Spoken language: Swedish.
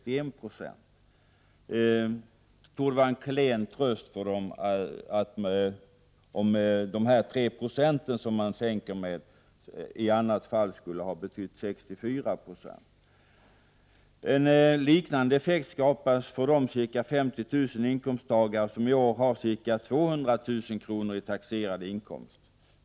Det torde vara en klen tröst för dessa människor att de utan den 3-procentiga sänkningen skulle ha fått 64 26 marginalskatt. — Prot. 1988/89:45 En liknande effekt skapas för de ca 50 000 inkomsttagare som i år har 14 december 1988 ungefär 200 000 kr. i taxerad inkomst.